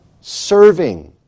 serving